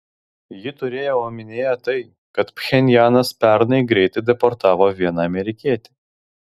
ji turėjo omenyje tai kad pchenjanas pernai greitai deportavo vieną amerikietį